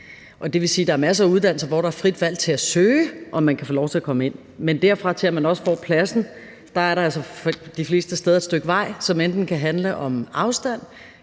der er masser af uddannelser, hvor der er frit valg til at søge, om man kan få lov til at komme ind. Men derfra og til, at man så også får pladsen, er der altså de fleste steder et stykke vej, som enten kan handle om afstand